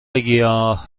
گیاه